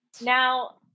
Now